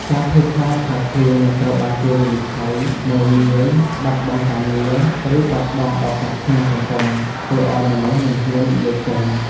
ការភ័យខ្លាចថាខ្លួននឹងត្រូវបានគេវិនិច្ឆ័យ មើលងាយ បាត់បង់ការងារ ឬបាត់បង់ឱកាសក្នុងសង្គម ធ្វើឱ្យមនុស្សមិនហ៊ាននិយាយចេញ។